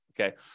okay